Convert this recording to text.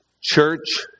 Church